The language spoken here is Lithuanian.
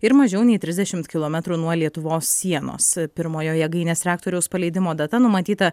ir mažiau nei trisdešimt kilometrų nuo lietuvos sienos pirmojo jėgainės reaktoriaus paleidimo data numatyta